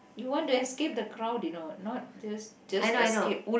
you want to escape the crowd you know not just just escape